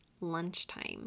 lunchtime